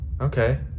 Okay